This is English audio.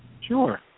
Sure